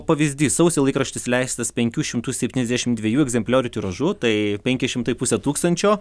pavyzdys sausį laikraštis leistas penkių šimtų septyniasdešimt dviejų egzempliorių tiražu tai penki šimtai pusė tūkstančio